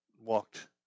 walked